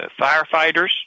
Firefighters